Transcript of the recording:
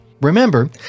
Remember